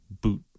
boot